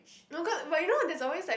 no cau~ but you know there's always like